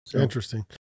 interesting